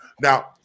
now